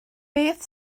beth